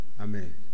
Amen